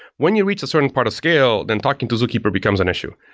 when you reach a certain part of scale, then talking to zookeeper becomes an issue.